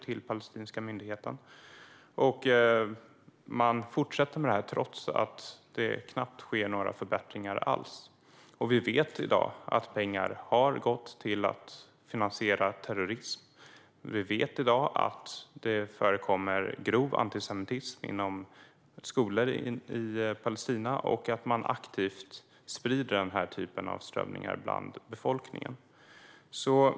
Man fortsätter med detta trots att det knappt sker några förbättringar. Vi vet i dag att pengar har gått till att finansiera terrorism, att det förekommer grov antisemitism på skolor i Palestina och att man aktivt sprider den här typen av strömningar bland befolkningen.